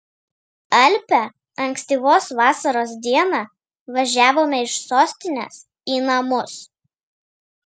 alpią ankstyvos vasaros dieną važiavome iš sostinės į namus